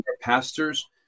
pastors